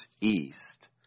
east